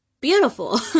Beautiful